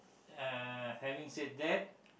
uh having said that